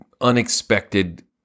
unexpected